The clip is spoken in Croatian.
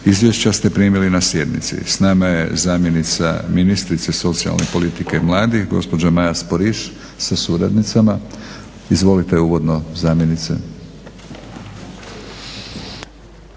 Izvješća ste primili na sjednici. Sa nama je zamjenica ministrice socijalne politike i mladih gospođa Maja Sporiš sa suradnicama. Izvolite uvodno zamjenice.